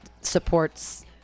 supports